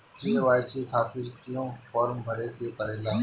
KYC खातिर क्यूं form भरे के पड़ेला?